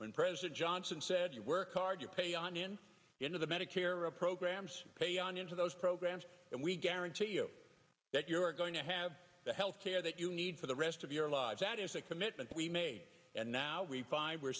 when president johnson said you work hard you pay on in into the medicare programs pay on into those programs and we guarantee you that you're going to have the health care that you need for the rest of your lives that is a commitment we made and now we